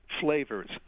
flavors